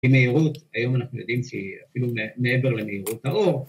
‫היא מהירות, היום אנחנו יודעים ‫שהיא אפילו מעבר למהירות האור.